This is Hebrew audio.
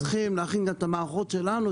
אנחנו צריכים להכין גם את המערכות שלנו,